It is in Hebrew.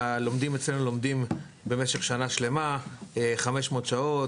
הלומדים אצלנו לומדים במשך שנה שלמה, 500 שעות.